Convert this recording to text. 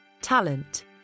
Talent